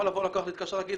יכול להתקשר לקוח ולהגיד,